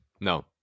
No